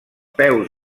peus